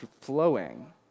flowing